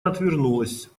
отвернулась